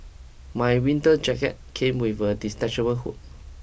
my winter jacket came with a detachable hood